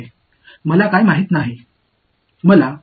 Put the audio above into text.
இதன் செயல்பாடாக எனக்குத் தெரியுமா